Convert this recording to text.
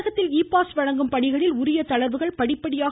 தமிழகத்தில் e pass வழங்கும் பணிகளில் உரிய தளர்வுகள் படிப்படியாக